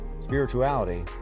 spirituality